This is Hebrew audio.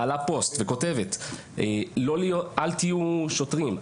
מעלה פוסט וכותבת: אל תהיו שוטרים,